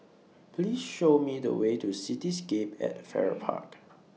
Please Show Me The Way to Cityscape At Farrer Park